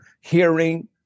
hearing